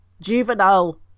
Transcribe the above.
juvenile